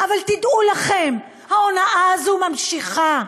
אבל תדעו לכם, ההונאה הזאת נמשכת.